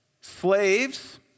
Slaves